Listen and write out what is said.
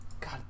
God